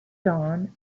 dawn